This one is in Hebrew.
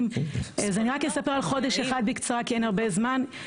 אני רק אספר על חודש אחד בקצרה, כי אין הרבה זמן.